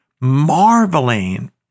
marveling